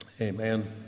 Amen